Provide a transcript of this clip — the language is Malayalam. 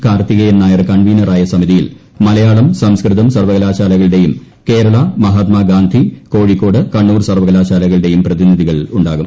കാർത്തികേയൻ നായർ കൺവീനറായ സമിതിയിൽ മലയാളം സംസ്കൃതം സർവകലാശാലകളുടെയും കേരള മഹാത്മാ ഗാന്ധി കോഴിക്കോട് കണ്ണൂർ സർവകലാശാലകളുടെയും പ്രതിനിധികൾ ഉണ്ടാകും